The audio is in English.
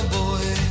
boy